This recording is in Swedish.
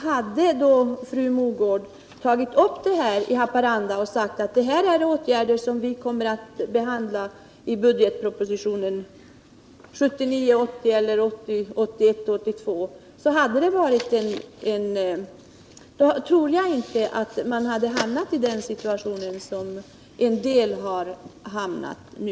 Hade fru Mogård när hon besökte Haparanda sagt att det gällde åtgärder som regeringen kommer att behandla i budgetpropositionerna 1979 82 tror jag inte att någon hamnat i den situation som en del har hamnat i nu.